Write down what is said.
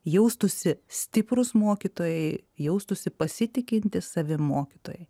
jaustųsi stiprūs mokytojai jaustųsi pasitikintys savim mokytojai